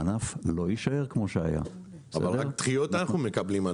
הענף לא יישאר כמו שהיה --- רק דחיות אנחנו מקבלים.